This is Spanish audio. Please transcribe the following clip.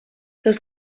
los